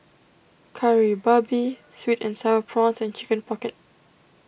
Kari Babi Sweet and Sour Prawns and Chicken Pocket